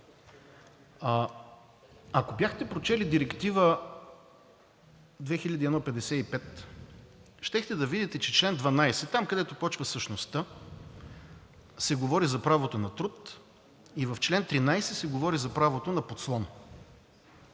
Ако бяхте прочели Директива 2001/55, щяхте да видите, че чл. 12 – там, където почва същността, се говори за правото на труд, и в чл. 13 се говори за правото на подслон.